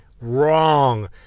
wrong